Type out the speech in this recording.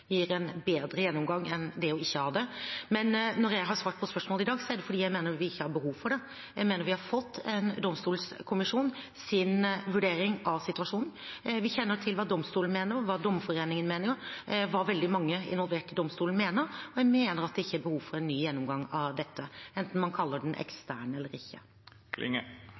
gir en bedre gjennomgang enn det å ikke ha det. Men når jeg har svart på spørsmål i dag, er det fordi jeg mener vi ikke har behov for dette. Jeg mener vi har fått en domstolkommisjons vurdering av situasjonen. Vi kjenner til hva domstolene mener, hva Dommerforeningen mener, hva veldig mange involverte i domstolen mener. Jeg mener det ikke er behov for en ny gjennomgang av dette, enten man kaller den ekstern eller ikke.